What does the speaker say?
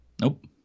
nope